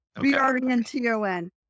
B-R-E-N-T-O-N